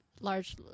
large